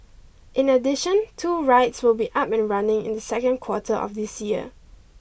in addition two rides will be up and running in the second quarter of this year